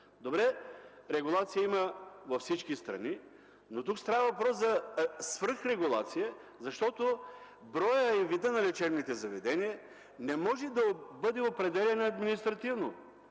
Добре, регулация има във всички страни, но тук става въпрос за свръх регулация, защото броят и видът на лечебните заведения не могат да бъдат определяни административно